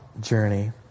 journey